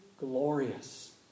glorious